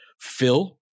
Phil